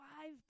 Five